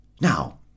Now